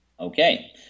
Okay